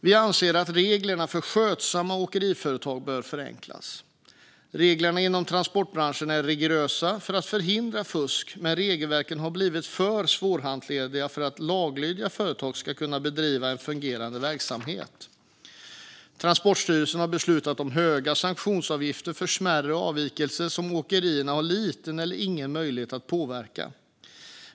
Vi anser att reglerna för skötsamma åkeriföretag bör förenklas. Reglerna inom transportbranschen är rigorösa för att förhindra fusk, men regelverken har blivit för svårhanterliga för att laglydiga företag ska kunna bedriva en fungerande verksamhet. Transportstyrelsen har beslutat om höga sanktionsavgifter för smärre avvikelser som åkerierna har liten eller ingen möjlighet att påverka.